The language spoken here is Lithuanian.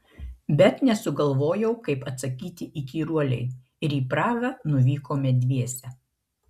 bet nesugalvojau kaip atsakyti įkyruolei ir į prahą nuvykome dviese